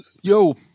yo